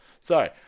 Sorry